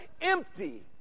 empty